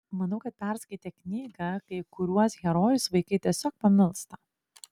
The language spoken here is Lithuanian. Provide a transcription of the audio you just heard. manau kad perskaitę knygą kai kuriuos herojus vaikai tiesiog pamilsta